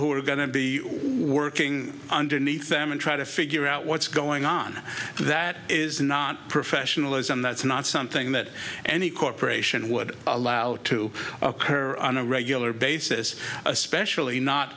who are going to be working underneath them and try to figure out what's going on that is not professionalism that's not something that any corporation would allow to occur on a regular basis especially not